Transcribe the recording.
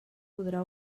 podrà